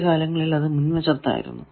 ആദ്യകാലങ്ങളിൽ അത് മുൻ വശത്തായിരുന്നു